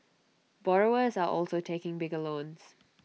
borrowers are also taking bigger loans